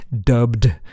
dubbed